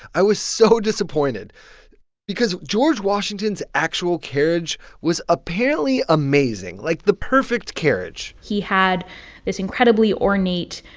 i was so disappointed because george washington's actual carriage was apparently amazing like, the perfect carriage he had this incredibly ornate,